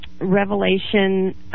Revelation